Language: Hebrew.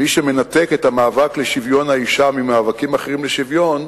מי שמנתק את המאבק לשוויון האשה ממאבקים אחרים לשוויון,